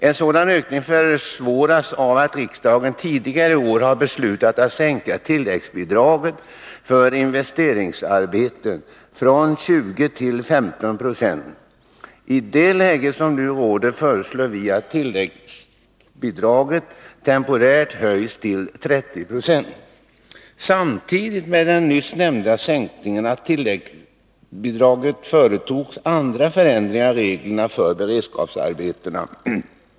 En sådan ökning försvåras av att riksdagen tidigare i år har beslutat att sänka tilläggsbidraget för investeringsarbeten från 20 till 15 96. I det läge som nu råder föreslår vi att tilläggsbidraget temporärt höjs till 30 96. Samtidigt med den nyssnämnda sänkningen av tilläggsbidraget företogs andra förändringar av reglerna för beredskapsarbetena.